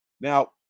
Now